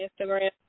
Instagram